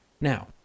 Now